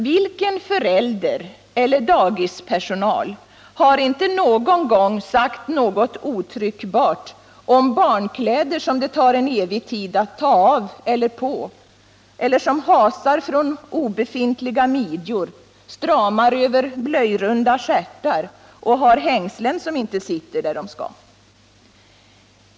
Vilken förälder eller dagisanställd har inte någon gång sagt något otryckbart om barnkläder som det tar en evig tid att ta av och på eller som hasar från obefintliga midjor, stramar över blöjrunda stjärtar och har hängslen som inte sitter där de skall?